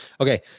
Okay